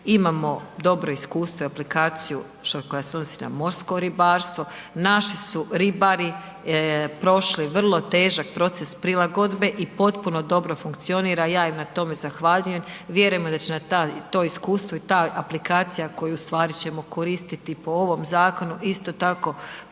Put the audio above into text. imamo dobro iskustvo i aplikaciju koja se odnosi na morsko ribarstvo, naši su ribari prošli vrlo težak proces prilagodbe i potpuno dobro funkcionira, ja im na tome zahvaljujem, vjerujemo da će nam to iskustvo i ta aplikacija koju ustvari ćemo koristiti po ovom zakonu isto tako